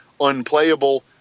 unplayable